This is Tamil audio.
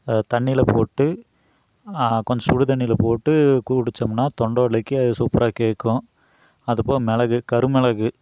தண்ணியில போட்டு கொஞ் சுடு தண்ணியில போட்டு குடிச்சோம்னா தொண்டை வலிக்கு அது சூப்பராக கேட்கும் அதுபோக மிளகு கருமிளகு